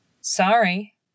Sorry